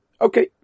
Okay